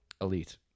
Elite